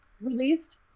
released